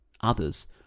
others